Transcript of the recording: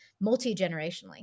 multi-generationally